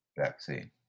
vaccine